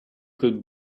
could